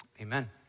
amen